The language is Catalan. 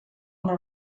una